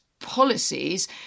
policies